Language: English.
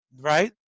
right